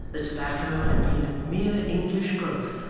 the tobacco had been of mere english growth,